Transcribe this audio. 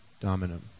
dominum